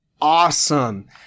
awesome